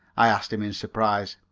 i asked him in surprise,